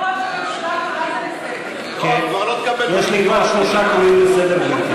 גם ממשיך דרכו, מנחם בגין, היה מתבייש בך.